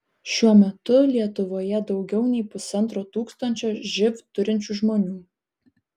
šiuo metu lietuvoje daugiau nei pusantro tūkstančio živ turinčių žmonių